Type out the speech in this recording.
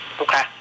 Okay